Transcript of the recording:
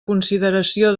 consideració